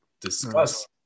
discuss